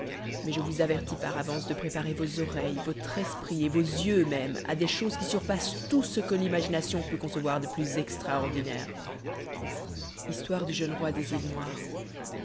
mais je vous avertis par avance de préparer vos oreilles votre esprit et vos yeux même à des choses qui surpassent tout ce que l'imagination peut concevoir de plus extraordinaire histoire du jeune roi des îles noires